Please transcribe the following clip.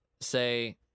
say